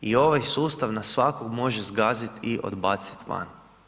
I ovaj sustav nas svakog može zgaziti i odbacit van.